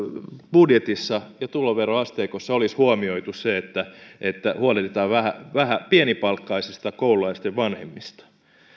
budjetissa ja tuloveroasteikossa olisi huomioitu se että että huolehditaan pienipalkkaisista koululaisten vanhemmista